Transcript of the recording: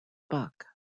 buck